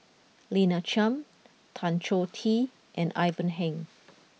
Lina Chiam Tan Choh Tee and Ivan Heng